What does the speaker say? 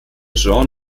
jean